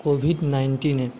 Covid নাইনটিনে